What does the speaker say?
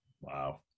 Wow